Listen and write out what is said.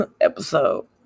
episode